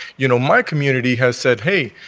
you know my community has said, hey,